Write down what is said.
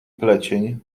plecień